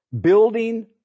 building